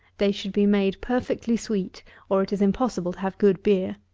they should be made perfectly sweet or it is impossible to have good beer.